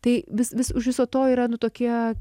tai vis vis už viso to yra nu tokie